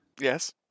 Yes